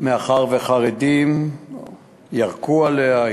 מאחר שחרדים ירקו עליה,